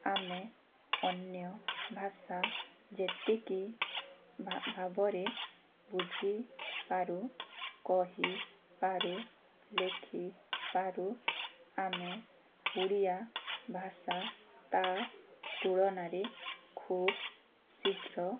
ଆମେ ଅନ୍ୟ ଭାଷା ଯେତିକି ଭାବରେ ବୁଝିପାରୁ କହିପାରୁ ଲେଖିପାରୁ ଆମେ ଓଡ଼ିଆ ଭାଷା ତା ତୁଳନାରେ ଖୁବ୍ ଶୀଘ୍ର